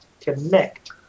Connect